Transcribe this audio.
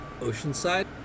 Oceanside